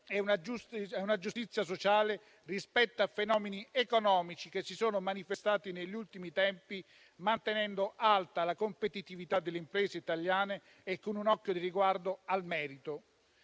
e una giustizia sociale rispetto a fenomeni economici che si sono manifestati negli ultimi tempi, mantenendo alta la competitività delle imprese italiane e con un occhio di riguardo al merito.